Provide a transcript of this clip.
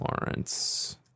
Lawrence